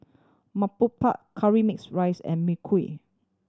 murtabak curry mixed rice and Mee Kuah